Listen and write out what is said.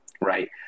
Right